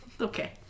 Okay